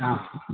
অঁ